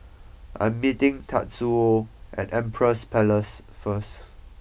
I am meeting Tatsuo at Empress Palace first